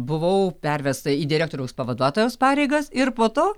buvau pervesta į direktoriaus pavaduotojos pareigas ir po to